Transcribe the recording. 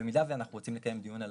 במידה ואנחנו רוצים לקיים דיון על